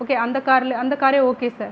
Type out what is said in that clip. okay அந்த காரில் அந்த காரே ஓகே சார்